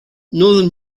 northern